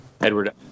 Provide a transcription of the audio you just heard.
Edward